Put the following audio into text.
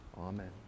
Amen